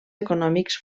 econòmics